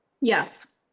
Yes